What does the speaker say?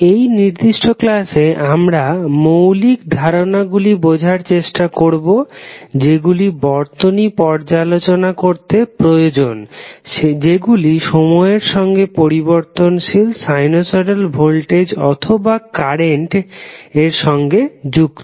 এই নির্দিষ্ট ক্লাসে আমরা মৌলিক ধারণা গুলি বোঝবার চেষ্টা করবো যেগুলি বর্তনী পর্যালোচনা করতে প্রয়োজন যেগুলি সময়ের সঙ্গে পরিবর্তনশীল সাইনুসয়ডাল ভোল্টেজ অথবা কারেন্ট এর সঙ্গে যুক্ত